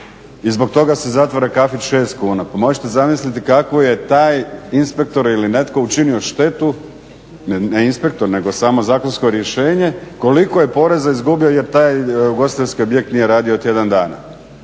i zbog toga se zatvara kafić 6 kuna, pa možete zamisliti kakvu je taj inspektor ili netko učinio štetu, ne inspektor nego samo zakonsko rješenje, koliko je poreza izgubio jer taj ugostiteljski objekt nije radio tjedan dana.